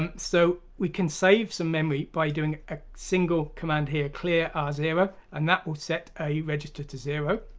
and so we can save some memory by doing a single command here, clear r zero and that will set a register to zero,